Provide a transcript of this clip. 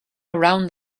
around